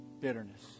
bitterness